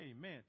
Amen